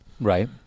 Right